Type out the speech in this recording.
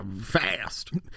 Fast